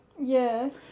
Yes